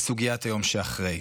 בסוגיית היום שאחרי.